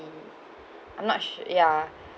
I'm not sur~ ya